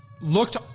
looked